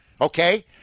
okay